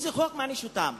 איזה חוק מעניש אותם?